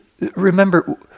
Remember